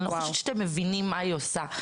אני לא חושבת שאתם מבינים מה היא עושה.